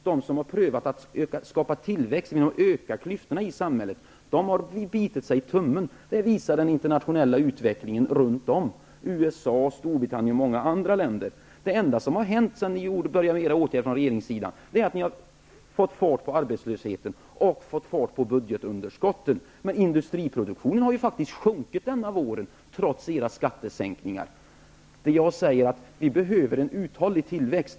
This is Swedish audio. De som har prövat att skapa tillväxt genom att öka klyftorna i samhället har bitit sig i tummen. Det visar den internationella utvecklingen runt omkring oss, i USA, Storbritannien och många andra länder. Det enda som har hänt sedan ni började genomföra era åtgärder från regeringens sida är att ni har fått upp arbetslösheten och budgetunderskottet. Men industriproduktionen har faktiskt sjunkit under våren, trots era skattesänkningar. Jag säger att vi behöver en uthållig tillväxt.